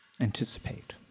anticipate